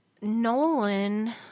nolan